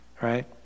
right